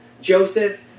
Joseph